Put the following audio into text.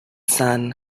son